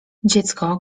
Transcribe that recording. dziecko